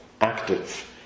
active